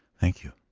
thank you,